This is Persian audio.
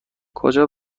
کجا